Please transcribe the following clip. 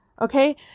Okay